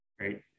right